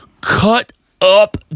cut-up